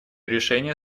решение